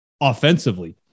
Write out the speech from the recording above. offensively